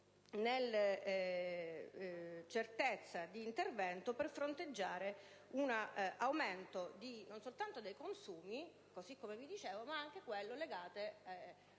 nella certezza di intervento per fronteggiare un aumento non soltanto dei consumi, così come vi dicevo, ma anche di quanto è legato